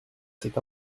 cet